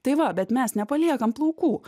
tai va bet mes nepaliekam plaukų